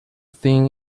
thing